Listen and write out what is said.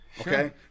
okay